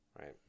right